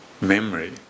memory